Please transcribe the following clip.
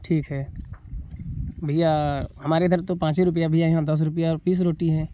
ठीक है भैया हमारे इधर तो पाँच ही रुपया भैया यहाँ दस रुपया और बीस रोटी है